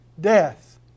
death